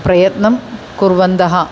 प्रयत्नं कुर्वन्तः